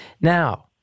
Now